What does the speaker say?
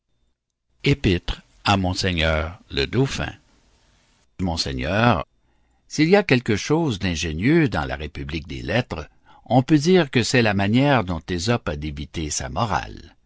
s'il y a quelque chose d'ingénieux dans la république des lettres on peut dire que c'est la manière dont ésope a débité sa morale